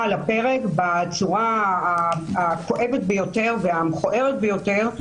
למעשה הבעלים שלו מלכתחילה.